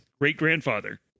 great-grandfather